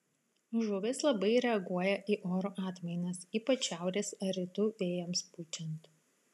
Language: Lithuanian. žuvys labai reaguoja į oro atmainas ypač šiaurės ar rytų vėjams pučiant